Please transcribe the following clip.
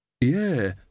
Yeah